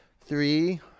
three